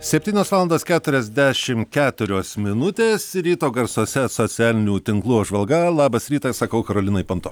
septynios valandos keturiasdešim keturios minutės ryto garsuose socialinių tinklų apžvalga labas rytas sakau karolinai panto